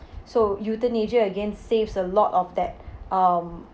so euthanasia again saves a lot of that um